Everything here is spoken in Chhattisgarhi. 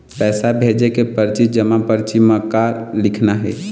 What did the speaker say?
पैसा भेजे के परची जमा परची म का लिखना हे?